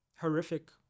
horrific